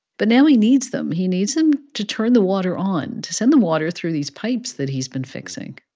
but now he needs them. he needs them to turn the water on to send the water through these pipes that he's been fixing.